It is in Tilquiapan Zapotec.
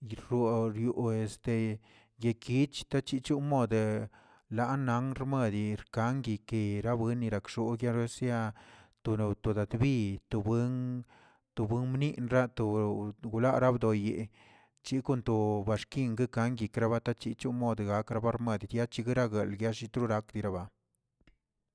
yefloo yewe este tekichke chichon modə lannan rmedi kan guekiraa bueni rigakxoo yaresia tono tonatbi to buen to buenniꞌ rato wotonara bdoyi, chekontob baxkingə gankri yabatachichoꞌ yomode gakrabar madiach deragueld yalliin torak diraba.